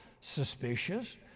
suspicious